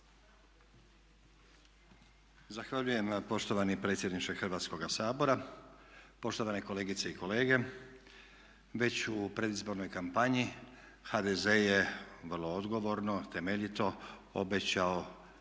Zahvaljujem poštovani predsjedniče Hrvatskoga sabora, poštovane kolegice i kolege. Već u predizbornoj kampanji HDZ je vrlo odgovorno, temeljito obećao